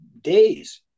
days